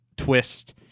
Twist